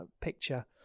picture